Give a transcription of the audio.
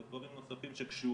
יש דברים נוספים שקשורים,